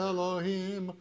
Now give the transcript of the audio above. Elohim